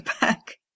back